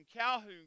Calhoun